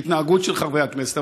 ההתנהגות של חברי הכנסת,